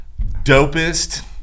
dopest